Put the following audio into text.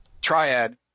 Triad